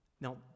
now